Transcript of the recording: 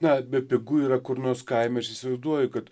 na bepigu yra kur nors kaime aš įsivaizduoju kad